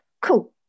Cool